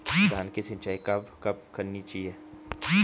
धान की सिंचाईं कब कब करनी चाहिये?